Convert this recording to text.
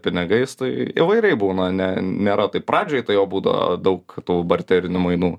pinigais tai įvairiai būna ne nėra tai pradžioj tai o būdavo daug tų barterinių mainų